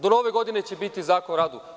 Do Nove godine će biti zakon o radu.